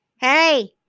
Hey